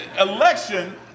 election